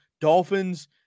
Dolphins